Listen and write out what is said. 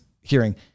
hearing-